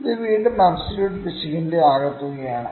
ഇത് വീണ്ടും അബ്സോല്യൂട്ട് പിശകിന്റെ ആകെത്തുകയാണ്